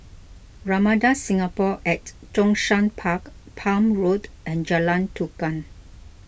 Ramada Singapore at Zhongshan Park Palm Road and Jalan Tukang